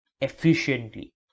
efficiently